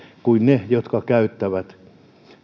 kuin ne jotka käyttävät